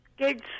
kids